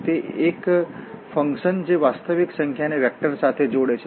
તે એફંકશન જે વાસ્તવિક સંખ્યા ને વેક્ટરસાથે જોડે છે